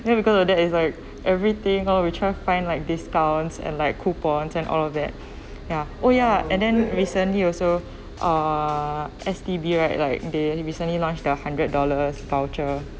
then we go to that is like everything all we tried find like discounts and like coupons and all of that ya oh ya and then recently also uh S_T_B right like they recently launched their hundred dollars voucher